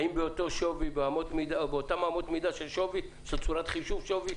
האם באותן אמות מידה של שווי, של צורת חישוב שווי?